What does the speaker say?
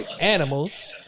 animals